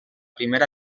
primera